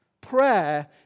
Prayer